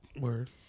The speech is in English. word